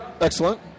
excellent